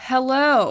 Hello